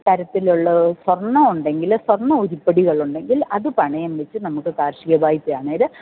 തരത്തിലുള്ള സ്വർണ്ണമുണ്ടെങ്കിൽ സ്വർണ്ണ ഉരുപ്പടികളുണ്ടെങ്കിൽ അതു പണയം വെച്ച് നമുക്ക് കാർഷിക വായ്പയാണേൽ